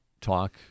talk